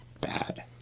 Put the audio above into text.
bad